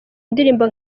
ndirimbo